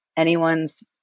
anyone's